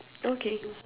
okay